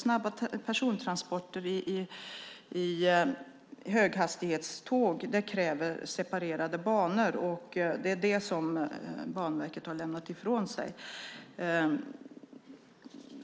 Snabba persontransporter med höghastighetståg kräver separerade banor, och det ingår i det underlag som Banverket har lämnat ifrån sig. Den